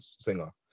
singer